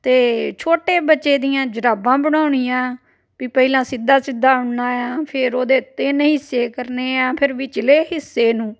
ਅਤੇ ਛੋਟੇ ਬੱਚੇ ਦੀਆਂ ਜੁਰਾਬਾਂ ਬਣਾਉਣੀਆਂ ਵੀ ਪਹਿਲਾਂ ਸਿੱਧਾ ਸਿੱਧਾ ਉਣਨਾ ਆ ਫਿਰ ਉਹਦੇ ਤਿੰਨ ਹਿੱਸੇ ਕਰਨੇ ਆ ਫਿਰ ਵਿਚਲੇ ਹਿੱਸੇ ਨੂੰ